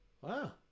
Wow